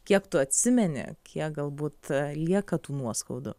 kiek tu atsimeni kiek galbūt lieka tų nuoskaudų